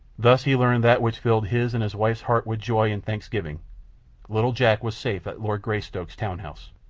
thus he learned that which filled his and his wife's heart with joy and thanksgiving little jack was safe at lord greystoke's town house.